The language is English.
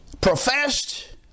professed